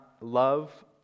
love